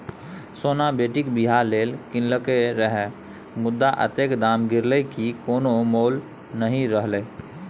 सोना बेटीक बियाह लेल कीनलकै रहय मुदा अतेक दाम गिरलै कि कोनो मोल नहि रहलै